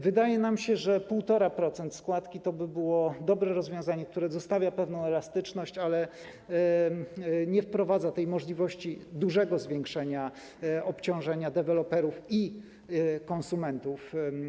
Wydaje nam się, że 1,5% składki to by było dobre rozwiązanie, które zostawia pewną elastyczność, ale nie wprowadza możliwości dużego zwiększenia obciążenia deweloperów i konsumentów.